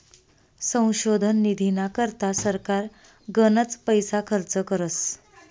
संशोधन निधीना करता सरकार गनच पैसा खर्च करस